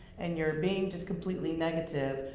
and you're being just completely negative,